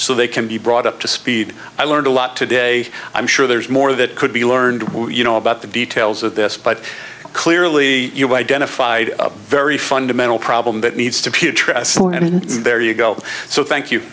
so they can be brought up to speed i learned a lot today i'm sure there's more that could be learned well you know about the details of this but clearly you've identified a very fundamental problem that needs to putra saw and there you go so thank you